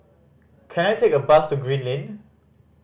can I take a bus to Green Lane